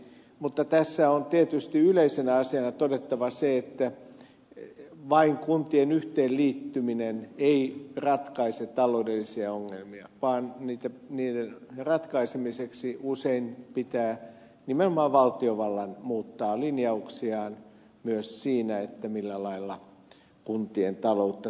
mutta tässä on tietysti yleisenä asiana todettava se että vain kuntien yhteenliittyminen ei ratkaise taloudellisia ongelmia vaan niiden ratkaisemiseksi usein pitää nimenomaan valtiovallan muuttaa linjauksiaan myös siinä millä lailla kuntien taloutta tuetaan